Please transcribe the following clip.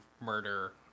murder